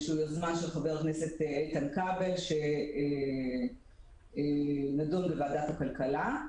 יוזמה של איתן כבל שנדונה בוועדת הכלכלה,